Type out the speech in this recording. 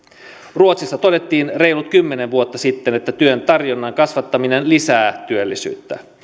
ruotsissa todettiin reilut kymmenen vuotta sitten että työn tarjonnan kasvattaminen lisää työllisyyttä